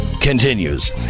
continues